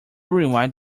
rewind